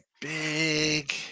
big